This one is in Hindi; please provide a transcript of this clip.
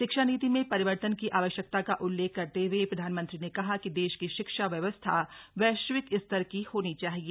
शिक्षा नीति में परिवर्तन की आवश्यकता का उल्लेख करते हए प्रधानमंत्री ने कहा कि देश की शिक्षा व्यवस्था वैश्विक स्तर की होनी चाहिए